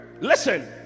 listen